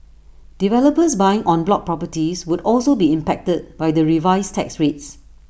developers buying en bloc properties would also be impacted by the revised tax rates